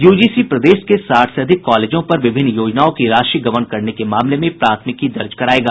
UGC प्रदेश के साठ से अधिक कॉलेजों पर विभिन्न योजनाओं की राशि गबन करने के मामले में प्राथमिकी दर्ज करायेगा